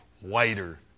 whiter